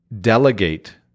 delegate